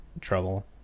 trouble